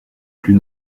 plus